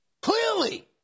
Clearly